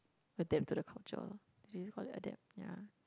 adapt to the culture you just call that adapt ya